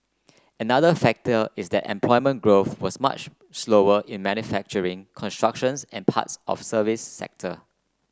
another factor is that employment growth was much slower in manufacturing construction and parts of service sector